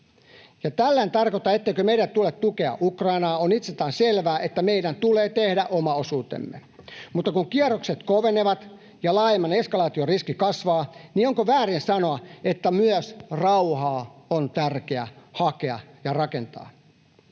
Tällä en tarkoita, etteikö meidän tule tukea Ukrainaa. On itsestään selvää, että meidän tulee tehdä oma osuutemme. Mutta kun kierrokset kovenevat ja laajemman eskalaation riski kasvaa, onko väärin sanoa, että myös rauhaa on tärkeä hakea ja rakentaa?